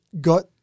got